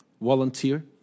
volunteer